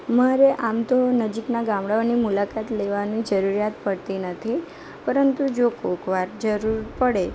અમારે આમ તો નજીકના ગામડાંઓની મુલાકાત લેવાની જરૂરિયાત પડતી નથી પરંતુ જો કોકવાર જરૂર પડે